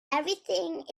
everything